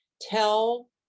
tell